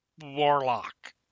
warlock